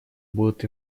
будут